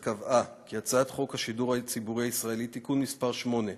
ועדת הכנסת קבעה כי הצעת חוק השידור הציבורי הישראלי (תיקון מס' 8),